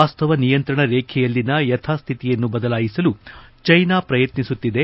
ವಾಸ್ತವ ನಿಯಂತ್ರಣ ರೇಖೆಯಲ್ಲಿನ ಯಥಾಸ್ಥಿತಿಯನ್ನು ಬದಲಾಯಿಸಲು ಚೀನಾ ಪ್ರಯತ್ನಿಸುತ್ತಿದೆ